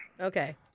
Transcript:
Okay